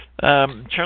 Charlie